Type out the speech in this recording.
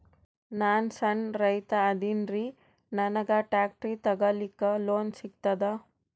ನಾನ್ ಸಣ್ ರೈತ ಅದೇನೀರಿ ನನಗ ಟ್ಟ್ರ್ಯಾಕ್ಟರಿ ತಗಲಿಕ ಲೋನ್ ಸಿಗತದ?